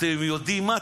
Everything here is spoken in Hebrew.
אתם יודעים מה?